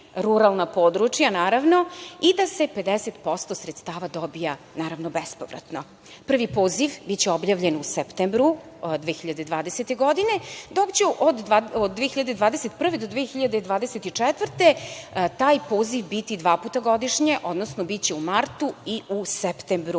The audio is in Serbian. ruralna područja naravno i da se 50% sredstava dobija bespovratno. Prvi poziv biće objavljen u septembru 2020. godine, dok će od 2021. do 2024. godine taj poziv biti dva puta godišnje, odnosno biće u martu i u septembru